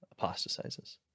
apostatizes